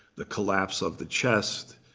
the collapse of the chest,